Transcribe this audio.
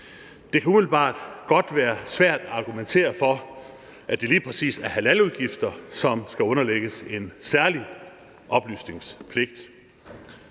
Det kan umiddelbart godt være svært at argumentere for, at det lige præcis er halaludgifter, som skal underlægges en særlig oplysningspligt.